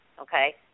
Okay